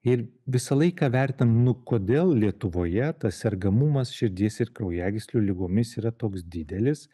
ir visą laiką vertinu nu kodėl lietuvoje tas sergamumas širdies ir kraujagyslių ligomis yra toks didelis